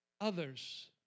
others